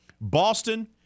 Boston